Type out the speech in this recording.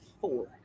four